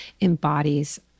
embodies